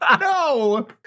No